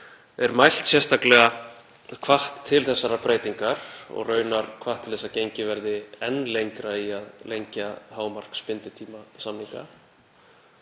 sem er sérstaklega hvatt til þessarar breytingar og raunar hvatt til þess að gengið verði enn lengra í að lengja hámarksbinditíma samninga.